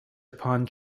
upon